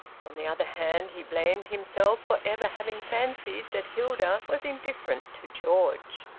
on the other hand he blamed himself for ever having fancied that hilda was indifferent to george.